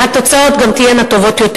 שהתוצאות גם תהיינה טובות יותר.